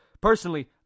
Personally